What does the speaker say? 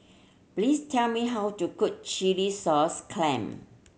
please tell me how to cook chilli sauce clam